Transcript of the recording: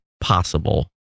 possible